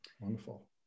Wonderful